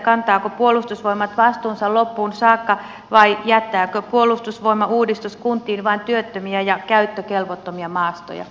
kantaako puolustusvoimat vastuunsa loppuun saakka vai jättääkö puolustusvoimauudistus kuntiin vain työttömiä ja käyttökelvottomia maastoja